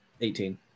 Eighteen